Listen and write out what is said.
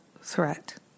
threat